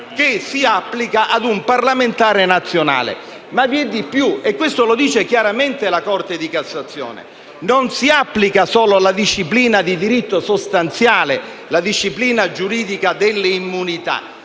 che si applica a un parlamentare nazionale. Vi è di più e questo lo dice chiaramente la Corte di cassazione: non si applica solo la disciplina di diritto sostanziale, ossia la disciplina giuridica delle immunità,